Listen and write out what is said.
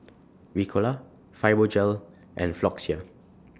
Ricola Fibogel and Floxia